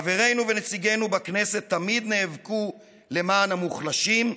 חברינו ונציגינו בכנסת תמיד נאבקו למען המוחלשים,